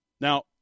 Now